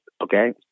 okay